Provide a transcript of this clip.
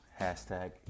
Hashtag